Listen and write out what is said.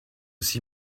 see